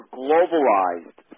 globalized